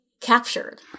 Captured